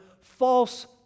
false